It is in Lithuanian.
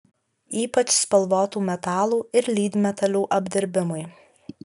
ypač spalvotų metalų ir lydmetalių apdirbimui